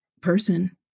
person